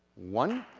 one.